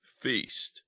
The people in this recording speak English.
feast